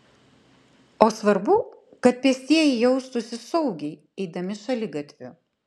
o svarbu kad pėstieji jaustųsi saugiai eidami šaligatviu